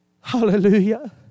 Hallelujah